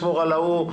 אשמור על ההוא,